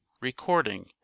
Recording